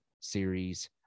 series